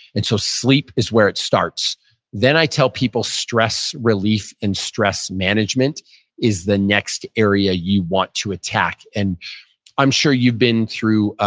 and so sleep is where it starts then i tell people stress relief and stress management is the next area you want to attack. and i'm sure you've been through